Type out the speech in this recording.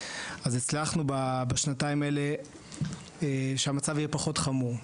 אז הצלחנו בשנתיים האלה שהמצב יהיה פחות חמור.